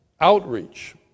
outreach